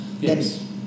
Yes